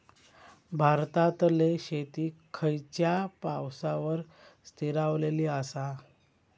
भारतातले शेती खयच्या पावसावर स्थिरावलेली आसा?